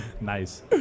nice